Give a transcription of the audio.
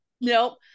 Nope